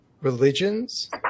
religions